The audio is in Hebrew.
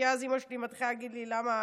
כי אז אימא שלי מתחילה להגיד לי: למה?